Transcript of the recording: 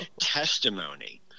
testimony